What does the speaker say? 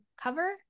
cover